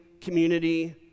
community